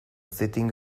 sitting